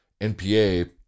NPA